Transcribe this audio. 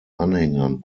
anhängern